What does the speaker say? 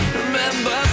remember